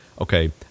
okay